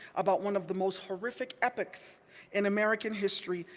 about one of the most horrific epochs in american history,